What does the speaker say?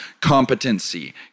Competency